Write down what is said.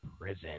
prison